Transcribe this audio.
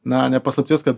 na ne paslaptis kad